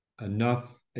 enough